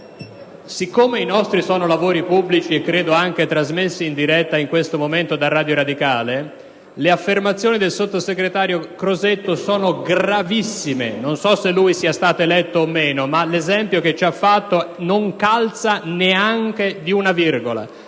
Siccome i nostri sono lavori pubblici - credo, peraltro, trasmessi in diretta in questo momento da Radio radicale - le affermazioni del sottosegretario Crosetto sono gravissime. Non so se lui sia stato eletto o no, ma l'esempio che ha portato non calza neanche un po':